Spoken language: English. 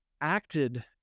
acted